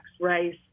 rice